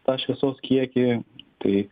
tą šviesos kiekį tai